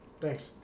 Thanks